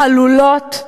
חלולות,